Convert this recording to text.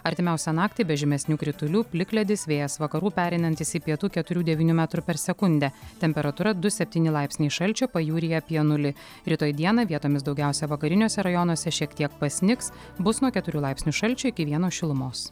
artimiausią naktį be žymesnių kritulių plikledis vėjas vakarų pereinantis į pietų keturių devynių metrų per sekundę temperatūra du septyni laipsniai šalčio pajūryje apie nulį rytoj dieną vietomis daugiausiai vakariniuose rajonuose šiek tiek pasnigs bus nuo keturių laipsnių šalčio iki vieno šilumos